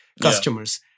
customers